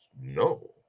no